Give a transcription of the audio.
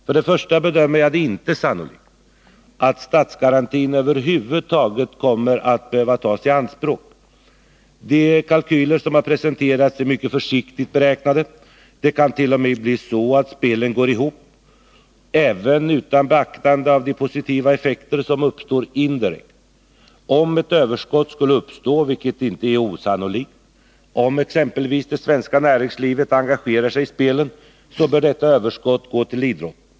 För det första bedömer jag det inte som sannolikt att statsgarantin över huvud taget kommer att behöva tas i anspråk. De kalkyler som presenterats är mycket försiktigt beräknade. Det kan t.o.m. bli så att spelen går ihop — även utan beaktande av de positiva effekter som uppstår indirekt. Om ett överskott skulle uppkomma — vilket inte är osannolikt om t.ex. det svenska näringslivet engagerar sig i spelen — bör detta överskott gå till idrotten.